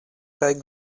kaj